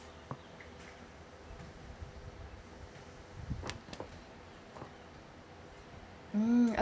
mm